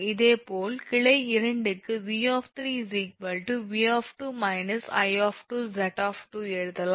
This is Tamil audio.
இதேபோல் கிளை 2 க்கு 𝑉 𝑉 −𝐼 𝑍 எழுதலாம்